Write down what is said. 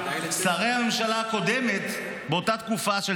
--- לשרי הממשלה הקודמת באותה תקופה של